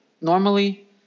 normally